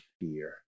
fear